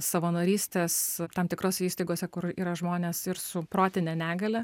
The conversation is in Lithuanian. savanorystės tam tikrose įstaigose kur yra žmonės ir su protine negalia